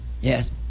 Yes